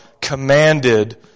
commanded